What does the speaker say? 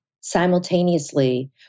simultaneously